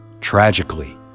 Tragically